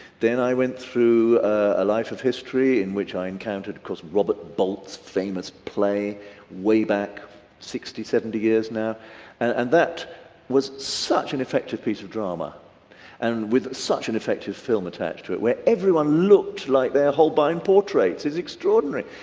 then i went through a life of history in which i encountered of course robert bolt's famous play way back sixty, seventy years now and and that was such an effective piece of drama and with such an effective film attached to it, where everyone looked like their holbein portraits is extraordinary.